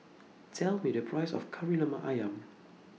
Tell Me The Price of Kari Lemak Ayam